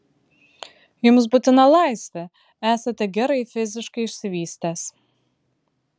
jums būtina laisvė esate gerai fiziškai išsivystęs